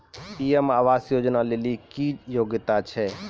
PM आवास योजना लेली की योग्यता छै?